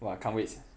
!wah! can't wait sia